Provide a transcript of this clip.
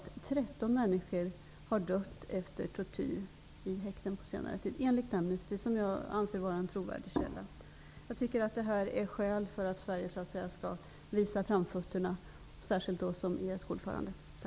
13 människor har dött efter tortyr i häkten på senare tid, enligt Amnesty, som jag anser vara en trovärdig källa. Jag tycker att detta är skäl för att Sverige skall visa framfötterna, särskilt som ordförande i ESK.